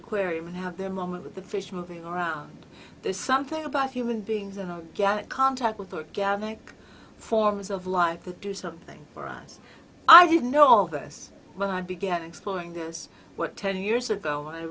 aquarium have their moment with the fish moving around there's something about human beings and get a contact with organic forms of life and do something for us i didn't know all this when i began exploring this what ten years ago